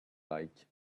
like